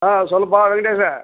ஆ சொல்லுப்பா வெங்கடேஷு